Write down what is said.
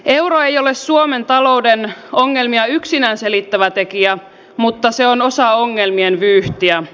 euro ei ole suomen talouden ongelmia yksinään selittävä tekijä mutta se on osa ongelmien vyyhtiä